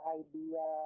idea